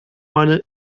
meine